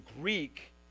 Greek